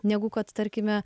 negu kad tarkime